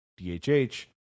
dhh